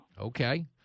Okay